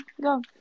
Go